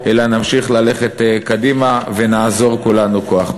אלא נמשיך ללכת קדימה ונאזור כולנו כוח.